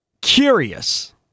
Curious